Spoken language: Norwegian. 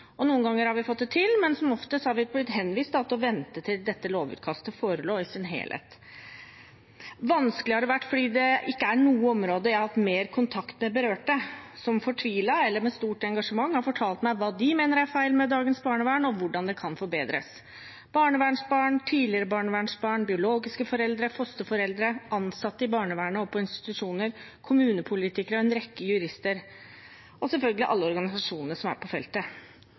Noen ganger har vi fått det til, men som oftest har vi blitt henvist til å vente til dette lovutkastet forelå i sin helhet. Vanskelig har det vært fordi det ikke er noe område jeg har hatt mer kontakt med berørte, som fortvilet eller med stort engasjement har fortalt meg hva de mener er feil med dagens barnevern, og hvordan det kan forbedres. Barnevernsbarn, tidligere barnevernsbarn, biologiske foreldre og fosterforeldre, ansatte i barnevernet og på institusjoner, kommunepolitikere, en rekke jurister og selvfølgelig alle organisasjoner som er på feltet,